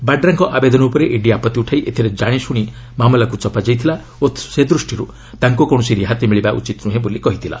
ବାଡ୍ରାଙ୍କ ଆବେଦନ ଉପରେ ଇଡି ଆପତ୍ତି ଉଠାଇ ଏଥିରେ ଜାଣିଶୁଣି ମାମଲାକୁ ଚପାଯାଇଥିଲା ଓ ସେଦୃଷ୍ଟିରୁ ତାଙ୍କୁ କୌଣସି ରିହାତି ମିଳିବା ଉଚିତ ନୁହେଁ ବୋଲି କହିଥିଲା